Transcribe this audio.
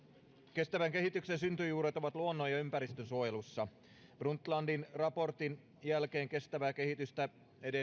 kestävän kehityksen syntyjuuret ovat luonnon ja ympäristönsuojelussa brundtlandin raportin jälkeen kestävää kehitystä